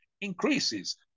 increases